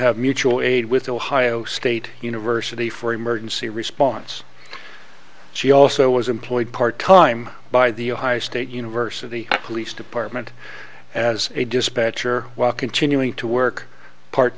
have mutual aid with ohio state university for emergency response she also was employed part time by the ohio state university police department as a dispatcher while continuing to work part